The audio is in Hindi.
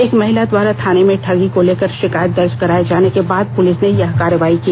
एक महिला द्वारा थाने में ठगी को लेकर शिकायत दर्ज कराए जाने के बाद पुलिस ने यह कार्रवाई की